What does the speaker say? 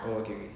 oh okay okay